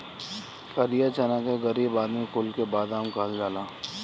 करिया चना के गरीब आदमी कुल के बादाम कहल जाला